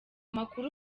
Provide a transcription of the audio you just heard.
makuru